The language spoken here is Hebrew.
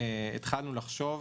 התחלנו לחשוב.